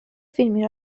فیلمی